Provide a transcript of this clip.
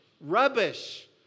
Rubbish